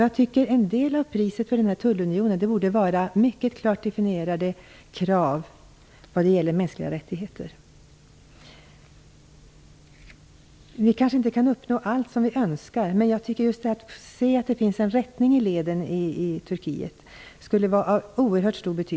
Jag tycker att en del av priset för tullunionen borde vara mycket klart definierade krav vad gäller mänskliga rättigheter. Vi kanske inte kan uppnå allt vi önskar, men jag tycker att det skulle vara av oerhört stor betydelse att se en rättning i leden i Turkiet.